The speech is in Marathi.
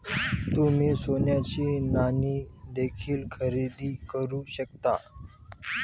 तुम्ही सोन्याची नाणी देखील खरेदी करू शकता